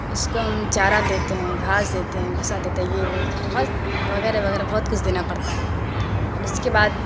اس کو ہم چارہ دیتے ہیں گھاس دیتے ہیں بھوسا دیتے ہیں یہ وہ بہت وغیرہ وغیرہ بہت کچھ دینا پڑتا ہے اور اس کے بعد